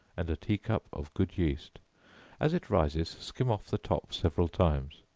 and a tea-cup of good yeast as it rises, skim off the top several times,